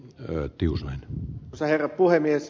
arvoisa herra puhemies